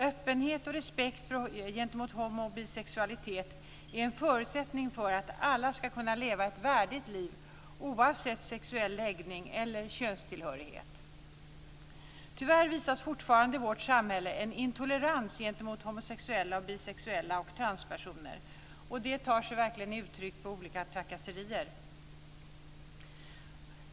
Öppenhet och respekt gentemot homo och bisexualitet är en förutsättning för att alla ska kunna leva ett värdigt liv oavsett sexuell läggning eller könstillhörighet. Tyvärr visas fortfarande i vårt samhälle en intolerans gentemot homosexuella, bisexuella och transpersoner. Det tar sig uttryck i olika trakasserier.